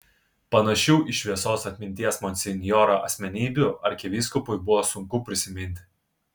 panašių į šviesios atminties monsinjorą asmenybių arkivyskupui buvo sunku prisiminti